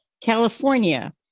California